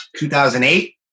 2008